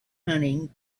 hunting